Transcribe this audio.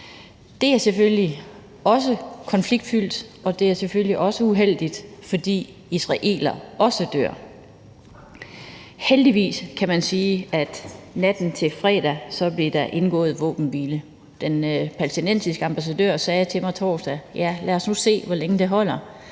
Det er selvfølgelig også konfliktfyldt og det er selvfølgelig også uheldigt for dem, fordi israelere også dør. Heldigvis blev der natten til fredag indgået en våbenhvile. Den palæstinensiske ambassadør sagde til mig torsdag: Lad os nu se, hvor længe den holder.